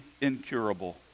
incurable